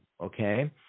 okay